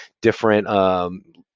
different